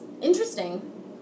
interesting